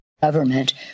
Government